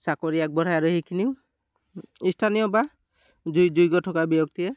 চাকৰি আগবঢ়াই আৰু সেইখিনিও স্থানীয় বা যোগ্য থকা ব্যক্তিয়ে